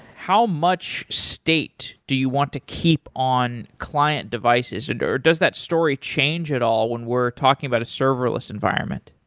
how much state do you want to keep on client devices? and or does that story change at all when we're talking about a serverless environment?